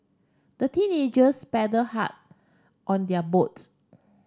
the teenagers paddled hard on their boats